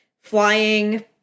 flying